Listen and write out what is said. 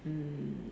mm